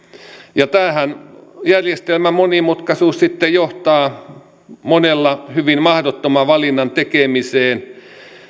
tämä järjestelmän monimutkaisuushan sitten johtaa monella hyvin mahdottoman valinnan tekemiseen